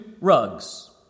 rugs